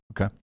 Okay